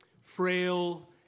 frail